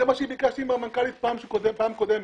זה מה שביקשתי מהמנכ"לית בפעם הקודמת.